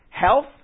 Health